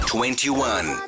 Twenty-one